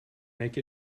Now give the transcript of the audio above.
make